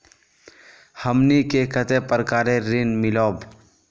हमनी के कते प्रकार के ऋण मीलोब?